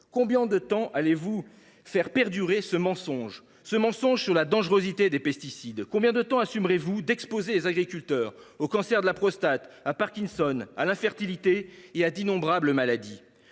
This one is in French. Combien de temps allez vous faire perdurer ce mensonge sur la dangerosité des pesticides ? Combien de temps assumerez vous d’exposer les agriculteurs aux cancers de la prostate, à Parkinson, à l’infertilité et à d’innombrables maladies ?